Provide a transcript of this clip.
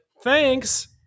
Thanks